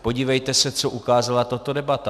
Podívejte se, co ukázala tato debata.